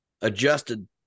adjusted